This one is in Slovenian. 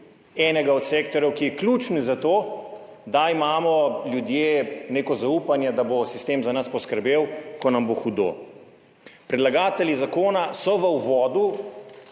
enega od sektorjev, ki je ključen za to, da imamo ljudje neko zaupanje, da bo sistem za nas poskrbel, ko nam bo hudo. Predlagatelji zakona so v uvodu